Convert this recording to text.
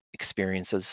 experiences